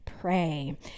pray